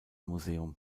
museum